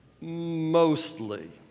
Mostly